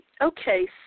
Okay